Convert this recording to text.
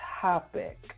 topic